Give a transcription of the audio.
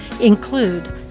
include